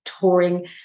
touring